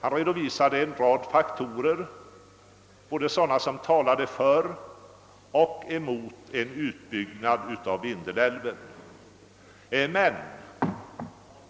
Han redovisade en rad faktorer, både sådana som talade för och sådana som talade mot en utbyggnad av Vindelälven.